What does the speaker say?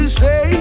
say